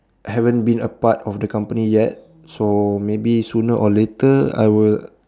I haven been a part of the company yet so maybe sooner or later I will